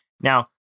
Now